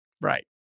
Right